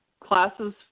classes